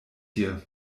hier